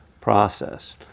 process